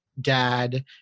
dad